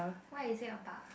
what is it about